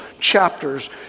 chapters